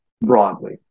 broadly